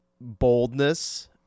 boldness